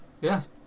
Yes